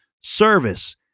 service